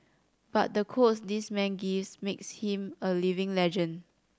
but the quotes this man gives makes him a living legend